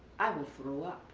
i will throw up